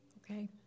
okay